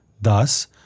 thus